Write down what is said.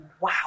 Wow